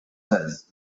says